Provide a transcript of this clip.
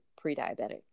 pre-diabetic